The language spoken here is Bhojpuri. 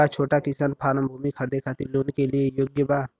का छोटा किसान फारम भूमि खरीदे खातिर लोन के लिए योग्य बा?